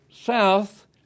south